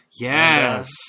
Yes